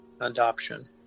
adoption